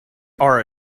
are